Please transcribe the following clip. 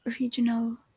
original